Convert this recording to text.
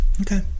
okay